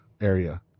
area